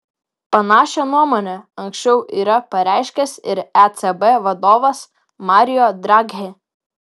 panašią nuomonę anksčiau yra pareiškęs ir ecb vadovas mario draghi